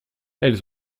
elles